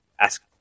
ask